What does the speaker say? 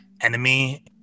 enemy